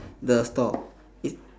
the store it